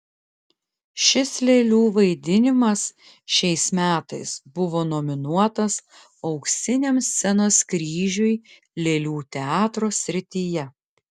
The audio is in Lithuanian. šis lėlių vaidinimas šiais metais buvo nominuotas auksiniam scenos kryžiui lėlių teatro srityje